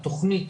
התכנית